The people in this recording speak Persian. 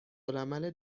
العمل